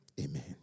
Amen